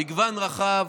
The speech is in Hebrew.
מגוון רחב,